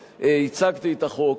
כשהצגתי את החוק,